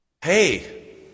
Hey